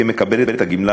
כמקבלת הגמלה,